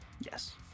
Yes